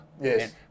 Yes